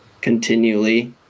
continually